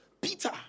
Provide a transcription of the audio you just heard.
Peter